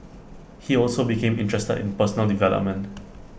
he also became interested in personal development